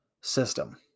system